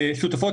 שמחייבים,